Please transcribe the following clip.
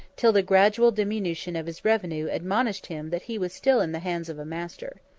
till the gradual diminution of his revenue admonished him that he was still in the hands of a master.